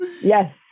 Yes